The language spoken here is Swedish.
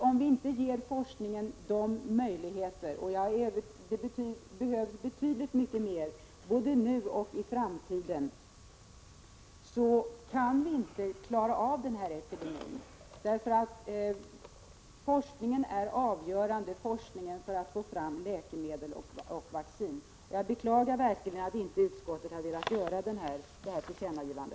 Om vi inte ger forskningen tillräckliga ekonomiska möjligheter — och den behöver betydligt mycket mer pengar både nu och i framtiden — kan vi inte komma till rätta med aidsepidemin. Forskning för att få fram läkemedel och medicin är avgörande i sammanhanget. Jag beklagar verkligen att utskottet inte har velat göra detta tillkännagivande.